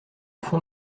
fond